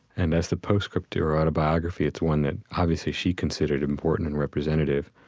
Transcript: and as the postscript to her autobiography, it's one that obviously she considered important and representative.